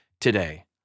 today